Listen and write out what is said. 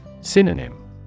Synonym